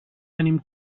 tenim